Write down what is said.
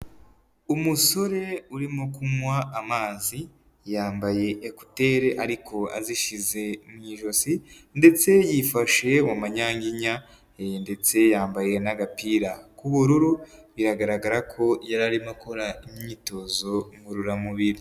Umusore urimo kumuha amazi, yambaye ekuteri ariko azishyize mu ijosi ndetse yifashe mu manyanyinya ndetse yambaye n'agapira k'ubururu, biragaragara ko yari arimo akora imyitozo ngororamubiri.